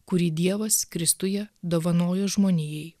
kurį dievas kristuje dovanojo žmonijai